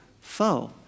foe